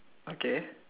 okay